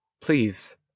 please